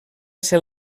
ser